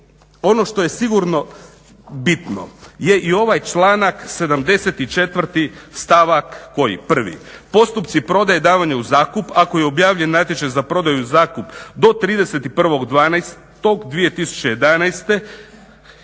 ono što je sigurno bitno je i ovaj članak 74. stavak 1. – postupci prodaje i davanja u zakup ako je objavljen natječaj za prodaju i zakup do 31.12.2011.